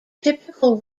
typical